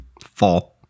Four